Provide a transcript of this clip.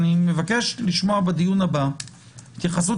אני מבקש לשמוע בדיון הבא התייחסות